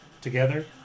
together